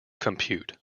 compute